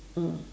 mm